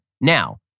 Now